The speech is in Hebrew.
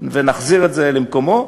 ונחזיר את זה למקומו.